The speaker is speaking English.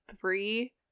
three